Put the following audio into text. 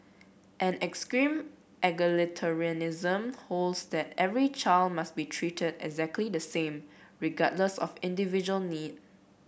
an extreme egalitarianism holds that every child must be treated exactly the same regardless of individual need